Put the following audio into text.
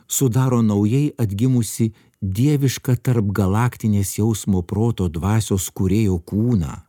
sudaro naujai atgimusį dievišką tarpgalaktinės jausmo proto dvasios kūrėjo kūną